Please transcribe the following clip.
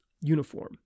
uniform